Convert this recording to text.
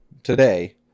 today